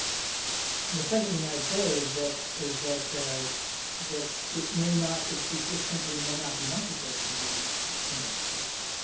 the second thing i would say is that is that it may not it it just simply may not be necessary to do in every case.